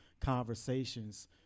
Conversations